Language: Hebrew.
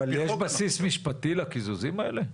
אבל יש בסיס משפטי לקיזוזים האלה?